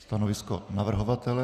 Stanovisko navrhovatele?